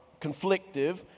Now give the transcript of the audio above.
conflictive